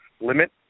limit